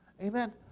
Amen